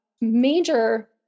major